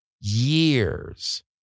years